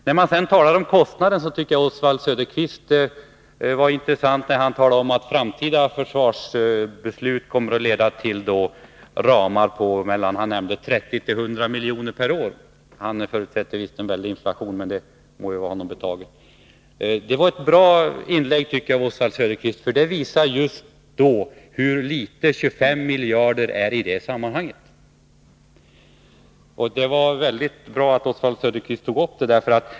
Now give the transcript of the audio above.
När man sedan talar om kostnader tycker jag att det Oswald Söderqvist sade var intressant. Han sade att framtida försvarsbeslut kommer att leda till ramar på mellan 30 och 100 milj.kr. per år. Han förutsätter visst en väldig inflation, men det må vara honom betaget. Det var ett bra inlägg, Oswald Söderqvist, för det visar hur litet 25 miljarder är i det sammanhanget. Det var väldigt bra att Oswald Söderqvist tog upp det.